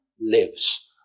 lives